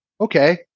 okay